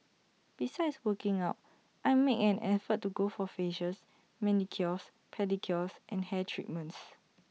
besides working out I make an effort to go for facials manicures pedicures and hair treatments